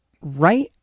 right